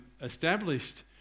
established